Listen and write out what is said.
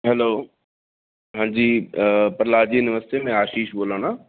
hello हांजी प्रहलाद जी नमस्ते में आशीष बोल्ला नां